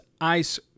ice